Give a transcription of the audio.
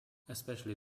especially